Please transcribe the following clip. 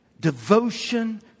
devotion